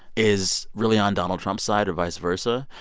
is really on donald trump's side, or vice versa.